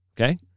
Okay